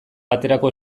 baterako